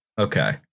Okay